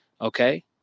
Okay